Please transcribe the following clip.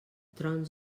trons